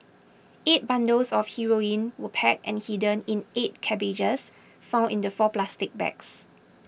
eight bundles of heroin were packed and hidden in eight cabbages found in the four plastic bags